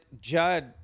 Judd